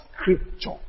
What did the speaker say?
Scripture